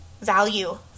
value